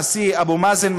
הנשיא אבו מאזן,